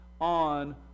on